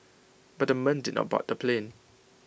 but the men did not bought the plane